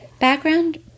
background